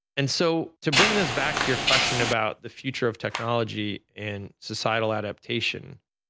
and so to bring this back to your question about the future of technology and societal adaptation,